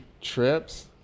trips